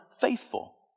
faithful